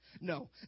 No